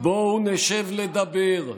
בואו נשב לדבר.